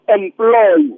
employ